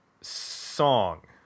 song